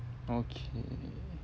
okay